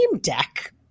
deck